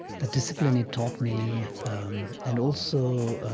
the discipline it taught me um and also